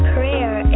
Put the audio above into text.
Prayer